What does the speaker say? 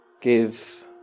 give